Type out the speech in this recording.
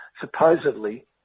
supposedly